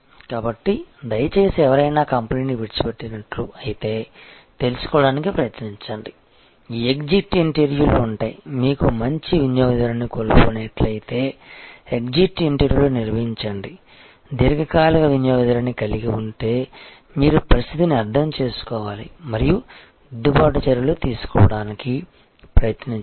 కాబట్టి దయచేసి ఎవరైనా కంపెనీని విడిచిపెట్టినట్లు అయితే తెలుసుకోవడానికి ప్రయత్నించండి ఈ ఎగ్జిట్ ఇంటర్వ్యూలు ఉంటాయి మీకు మంచి వినియోగదారుని కోల్పోయినట్లయితే ఎగ్జిట్ ఇంటర్వ్యూలు నిర్వహించండి దీర్ఘకాల వినియోగదారుని కలిగి ఉంటే మీరు పరిస్థితిని అర్థం చేసుకోవాలి మరియు దిద్దుబాటు చర్యలు తీసుకోవడానికి ప్రయత్నించండి